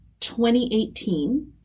2018